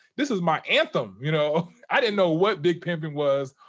this is my anthem! you know? i didn't know what big pimpin' was,